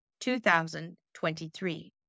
2023